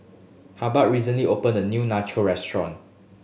Hubbard recently open a new Nacho restaurant